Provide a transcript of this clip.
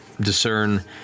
discern